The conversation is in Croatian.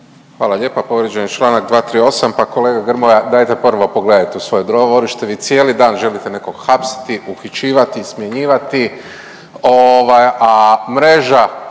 Hvala lijepa. Povrijeđen je čl. 238., pa kolega Grmoja dajte prvo pogledajte u svoje dvorište, vi cijeli dan želite nekog hapsiti, uhićivati, smjenjivati